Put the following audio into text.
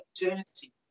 eternity